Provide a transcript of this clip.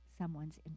Someone's